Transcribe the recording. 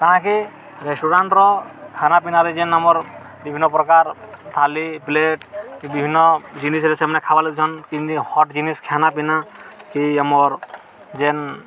କାଣାକି ରେଷ୍ଟୁରାଣ୍ଟ୍ର ଖାନାପିିନାରେ ଯେନ୍ ଆମର୍ ବିଭିନ୍ନ ପ୍ରକାର ଥାଲି ପ୍ଲେଟ୍ ବିଭିନ୍ନ ଜିନିଷ୍ରେ ସେମାନେ ଖାବାର୍ ଲାଗଛନ୍ କିନ୍ତି ହଟ୍ ଜିନିଷ୍ ଖାନାପିନା କି ଆମର୍ ଯେନ୍